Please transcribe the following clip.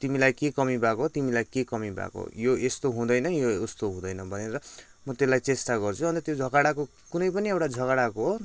तिमीलाई के कमी भएको तिमीलाई के कमी भएको हो यो यस्तो हुँदैन यो उस्तो हुँदैन भनेर म त्यसलाई चेष्टा गर्छु अन्त त्यो झगडाको कुनै पनि एउटा झगडाको